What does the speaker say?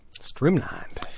streamlined